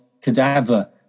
cadaver